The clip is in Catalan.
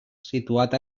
situat